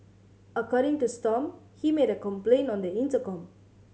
according to Stomp he made a complaint on the intercom